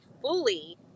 fully